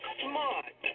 smart